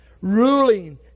ruling